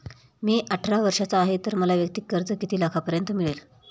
मी अठरा वर्षांचा आहे तर मला वैयक्तिक कर्ज किती लाखांपर्यंत मिळेल?